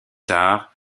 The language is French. tard